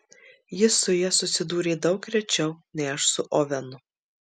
jis su ja susidūrė daug rečiau nei aš su ovenu